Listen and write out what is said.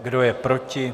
Kdo je proti?